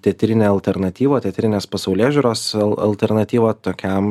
teatrinę alternatyvą teatrinės pasaulėžiūros alternatyvą tokiam